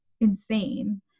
insane